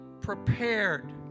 prepared